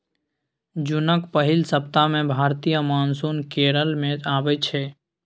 जुनक पहिल सप्ताह मे भारतीय मानसून केरल मे अबै छै